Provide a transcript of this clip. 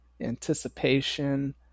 anticipation